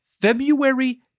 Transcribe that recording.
February